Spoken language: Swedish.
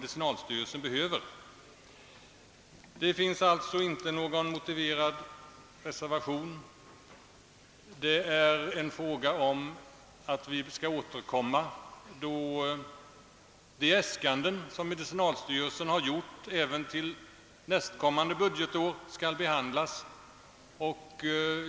Det finns alltså inte någon motiverad reservation, men vi skall återkomma då de äskanden som medicinalstyrelsen har gjort för nästkommande budgetår skall behandlas.